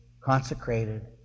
consecrated